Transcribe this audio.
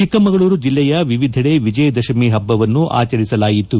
ಚಿಕ್ಕಮಗಳೂರು ಜಿಲ್ಲೆಯ ವಿವಿಧೆಡೆ ವಿಜಯದಶಮಿ ಹಬ್ಬವನ್ನು ಆಚರಿಸಲಾಯಿತು